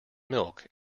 milk